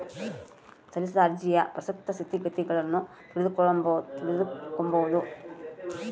ಸಲ್ಲಿಸಿದ ಅರ್ಜಿಯ ಪ್ರಸಕ್ತ ಸ್ಥಿತಗತಿಗುಳ್ನ ತಿಳಿದುಕೊಂಬದು